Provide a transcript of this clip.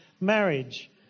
Marriage